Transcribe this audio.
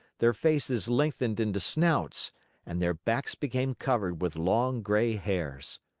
their faces lengthened into snouts and their backs became covered with long gray hairs.